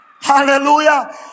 Hallelujah